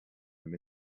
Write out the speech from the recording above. them